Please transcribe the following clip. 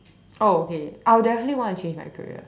oh okay I'll definitely want to change my career